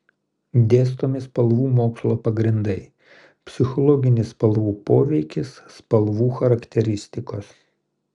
dėstomi spalvų mokslo pagrindai psichologinis spalvų poveikis spalvų charakteristikos